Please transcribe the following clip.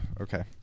Okay